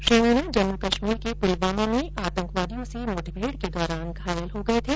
श्री मीना जम्मु कश्मीर के पुलवामा में आतंकवादियों से मुठभेड के दौरान घायल हो गए थे